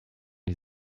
die